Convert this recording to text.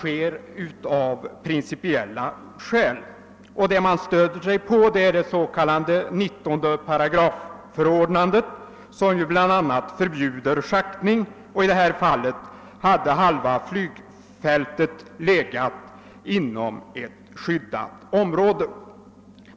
Man har därvid stött sig på det s.k. 19 §- förordnandet, varigenom bl.a. schaktning förbjuds under vissa omständigheter. I det aktuella fallet hade halva flygfältet förlagts inom ett skyddat område.